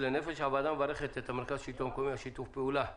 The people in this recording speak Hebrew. הוועדה מברכת את מרכז השלטון המקומי על שיתוף הפעולה עם